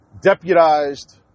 deputized